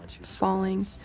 falling